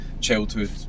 childhood